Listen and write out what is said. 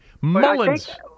Mullins